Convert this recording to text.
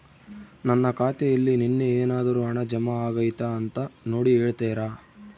ನನ್ನ ಖಾತೆಯಲ್ಲಿ ನಿನ್ನೆ ಏನಾದರೂ ಹಣ ಜಮಾ ಆಗೈತಾ ಅಂತ ನೋಡಿ ಹೇಳ್ತೇರಾ?